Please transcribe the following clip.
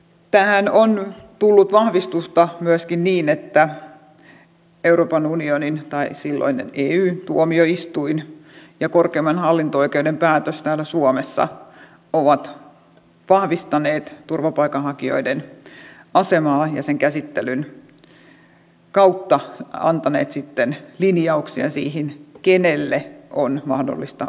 tähän on tullut vahvistusta myöskin niin että euroopan unionin tai silloin eyn tuomioistuin ja korkeimman hallinto oikeuden päätös täällä suomessa ovat vahvistaneet turvapaikanhakijoiden asemaa ja sen käsittelyn kautta antaneet sitten linjauksia siihen kenelle on mahdollista oleskelulupa myöntää